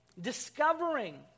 discovering